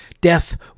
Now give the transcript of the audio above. Death